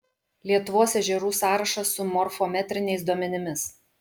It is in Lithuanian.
lietuvos ežerų sąrašas su morfometriniais duomenimis